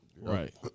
Right